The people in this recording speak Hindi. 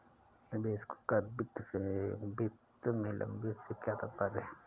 निवेशकों का वित्त में लंबे से क्या तात्पर्य है?